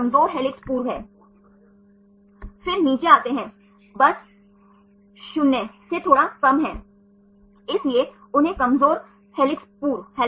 मुख्य श्रृंखला में NH and CO में अवशेषों के बीच हाइड्रोजन बांड द्वारा सभी माध्यमिक संरचनाएं बनती हैं